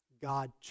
God